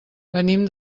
venim